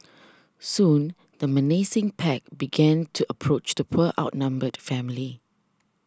soon the menacing pack began to approach the poor outnumbered family